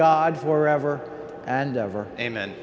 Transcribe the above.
god for ever and ever a